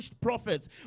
Prophets